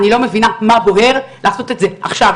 אני לא מבינה מה בוער לעשות את זה עכשיו